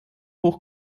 hoch